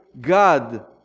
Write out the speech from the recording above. God